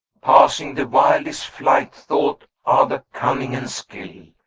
passing the wildest flight thought are the cunning and skill,